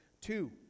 Two